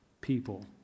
people